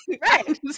right